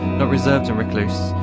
ah reserved or recluse,